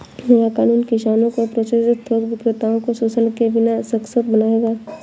नया कानून किसानों को प्रोसेसर थोक विक्रेताओं को शोषण के बिना सशक्त बनाएगा